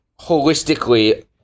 holistically